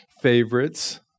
favorites